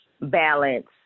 balance